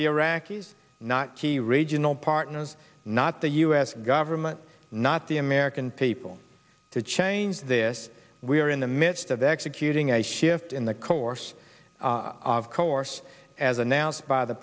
the iraqis not key regional partners not the us government not the american people to change this we are in the midst of executing a shift in the course of course as announced by the